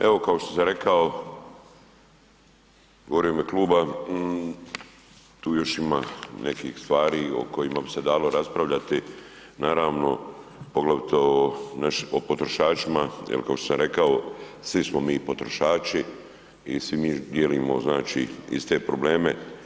Evo, kao što sam rekao govorim u ime kluba tu još ima nekih stvari o kojima bi se dalo raspravljati, naravno poglavito o potrošačima jer kao što sam rekao svi smo mi potrošači i svi mi dijelimo znači iste probleme.